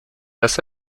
hace